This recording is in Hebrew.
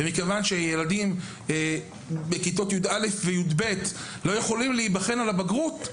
או כי יש ילדים בכיתות יא׳ ו-יב׳ שלא יוכלו לגשת לבחינות הבגרות,